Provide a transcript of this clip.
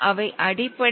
அவை அடிப்படை